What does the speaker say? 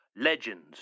legends